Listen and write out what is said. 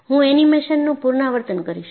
હું એનિમેશનનું પુનરાવર્તન કરીશ